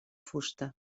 fusta